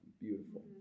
Beautiful